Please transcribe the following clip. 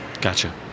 Gotcha